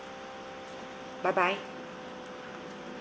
bye bye